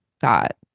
got